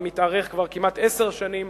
המתארך כבר כמעט עשר שנים,